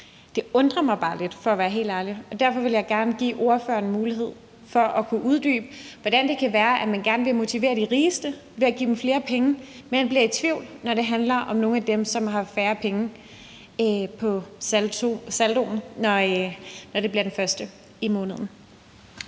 Det undrer mig bare lidt for at være helt ærlig, og derfor vil jeg gerne give ordføreren mulighed for at uddybe, hvordan det kan være, at man gerne vil motivere de rigeste ved at give dem flere penge, men bliver i tvivl, når det handler om nogle af dem, som har færre penge på saldoen, når det bliver den 1. i måneden.